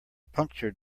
puncture